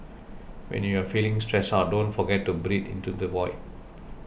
when you are feeling stressed out don't forget to breathe into the void